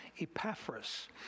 Epaphras